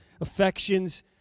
affections